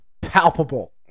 palpable